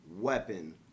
weapon